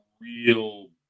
real